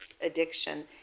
addiction